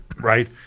right